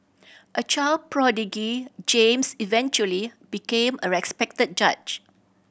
a child prodigy James eventually became a respected judge